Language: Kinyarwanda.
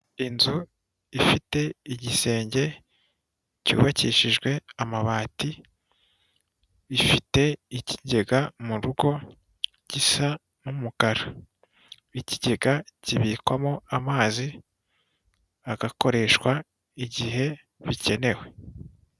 Inzu ifite igisenge cyubakishijwe amabati ifite ikigega mu rugo gisa n'umukara. Ikigega kibikwamo amazi agakoreshwa igihe bikenewe.